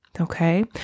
Okay